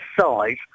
size